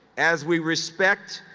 as we respect